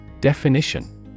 Definition